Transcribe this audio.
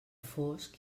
fosc